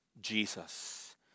Jesus